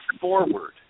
forward